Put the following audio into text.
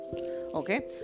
okay